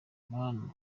mana